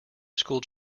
school